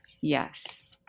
yes